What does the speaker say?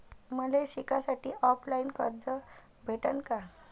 मले शिकासाठी ऑफलाईन कर्ज भेटन का?